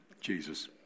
Jesus